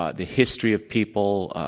ah the history of people,